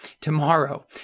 tomorrow